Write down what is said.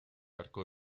arco